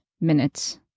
minutes